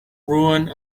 ruin